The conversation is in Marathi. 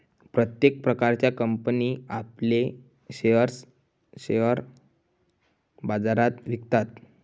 प्रत्येक प्रकारच्या कंपनी आपले शेअर्स शेअर बाजारात विकतात